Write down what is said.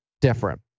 different